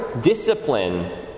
discipline